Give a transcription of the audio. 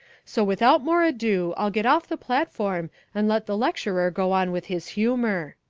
so without more ado i'll get off the platform and let the lecturer go on with his humour.